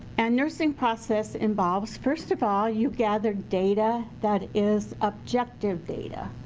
and nursing process involves first of all, you gather data that is objective data.